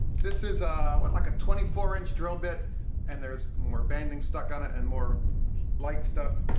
this is like a twenty four inch drill bit and there's more banding stuck on it and more light stuff.